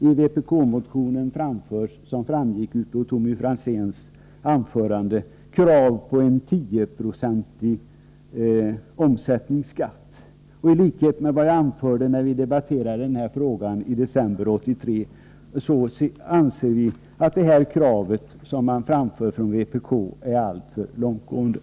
I vpk-motionen framförs, som framgick av Tommy Franzéns anförande, krav på en 10-procentig omsättningsskatt. Tlikhet med vad jag anförde när vi debatterade den här frågan i december 1983 får jag även nu säga att vi anser detta krav från vpk vara alltför långtgående.